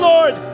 Lord